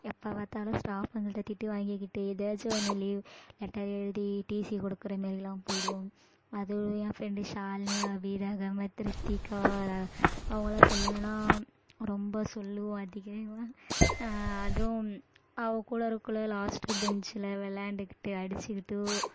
எப்போ பார்த்தாலும் ஸ்டாஃபுங்கள்கிட்ட திட்டு வாங்கிக்கிட்டு ஏதாச்சும் ஒன்று லீவ் லெட்டர் எழுதி டிசி கொடுக்கற மாரியெல்லாம் போயிடுவோம் அதுவும் என் ஃப்ரெண்டு ஷாலினி அபிரகமத் ரித்திகா அவங்கலாம் சொல்லனும்னா ரொம்ப சொல்லுவோம் அடிக்கடி அதுவும் அவள் கூட இருக்கக்குள்ள லாஸ்ட்டு பென்ச்சுல விளாண்டுக்கிட்டு அடிச்சுக்கிட்டு